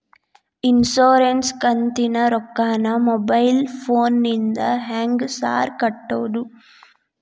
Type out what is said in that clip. Insurance ಕಂತಿನ ರೊಕ್ಕನಾ mobile ಫೋನಿಂದ ಹೆಂಗ್ ಸಾರ್ ಕಟ್ಟದು?